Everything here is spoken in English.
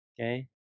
Okay